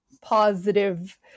positive